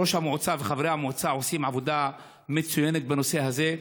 ראש המועצה וחברי המועצה עושים עבודה מצוינת בנושא הזה.